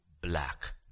black